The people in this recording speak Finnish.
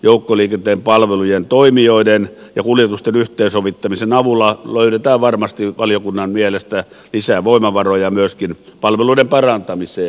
joukkoliikenteen palvelujen toimijoiden ja kuljetusten yhteensovittamisen avulla löydetään varmasti valiokunnan mielestä lisää voimavaroja myöskin palveluiden parantamiseen